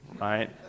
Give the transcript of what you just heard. right